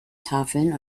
tafeln